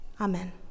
Amen